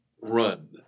run